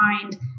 find